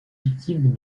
fictive